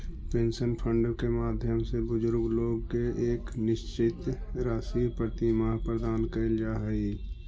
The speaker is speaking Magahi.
पेंशन फंड के माध्यम से बुजुर्ग लोग के एक निश्चित राशि प्रतिमाह प्रदान कैल जा हई